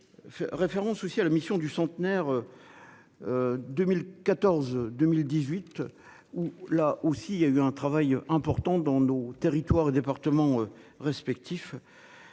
Référence aussi à la Mission du centenaire. 2014 2018 où là aussi il y a eu un travail important dans nos territoires et départements respectifs.